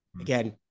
again